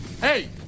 hey